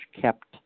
kept